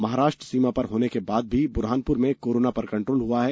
महाराष्ट्र सीमा पर होने के बाद भी बुरहानपुर में कोरोना पर कंट्रोल हुआ है